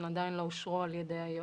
הן עדיין לא אושרו על ידי היועץ,